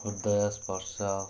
ହୃଦୟ ସ୍ପର୍ଶ